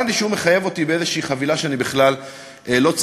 הבנתי שהוא מחייב אותי בחבילה שאני בכלל לא צריך.